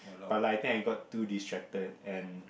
but like I think I got too distracted and